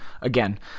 again